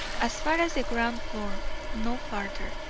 as far as the ground floor no farther.